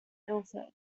ilford